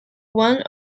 one